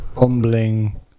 bumbling